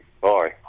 Bye